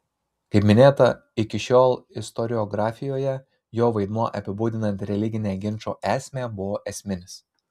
kaip minėta iki šiol istoriografijoje jo vaidmuo apibūdinant religinę ginčo esmę buvo esminis